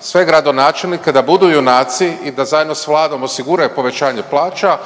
sve gradonačelnike da budu junaci i da zajedno s Vladom osiguraju povećanje plaća,